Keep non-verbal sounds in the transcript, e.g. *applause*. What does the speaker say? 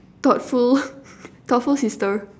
thoughtful *laughs* thoughtful sister